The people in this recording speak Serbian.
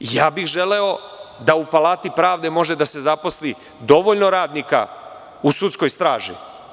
I želeo bih da u Palati pravde može da se zaposli dovoljno radnika u sudskoj straži.